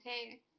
okay